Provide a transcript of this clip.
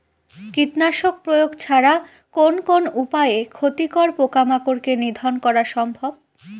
কীটনাশক প্রয়োগ ছাড়া কোন কোন উপায়ে ক্ষতিকর পোকামাকড় কে নিধন করা সম্ভব?